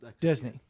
disney